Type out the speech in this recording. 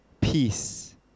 peace